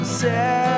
sad